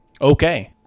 Okay